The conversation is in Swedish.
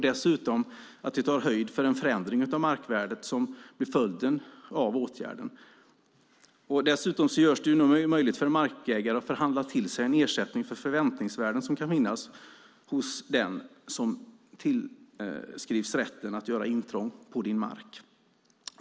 Dessutom tar detta höjd för den förändring av markvärdet som blir följden av åtgärden, och det görs nu även möjligt för en markägare att förhandla till sig ersättning för förväntningsvärden som kan finnas hos den som tillskrivs rätten att göra intrång på dennes mark.